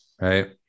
right